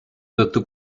tõttu